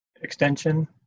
Extension